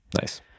nice